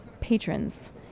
patrons